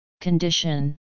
Condition